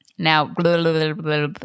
Now